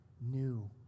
new